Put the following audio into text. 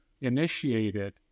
initiated